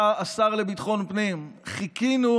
השר לביטחון פנים, חיכינו